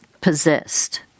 possessed